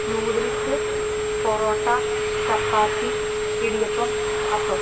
noodles parotta chapati idiyappam അപ്പം